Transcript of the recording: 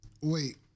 Wait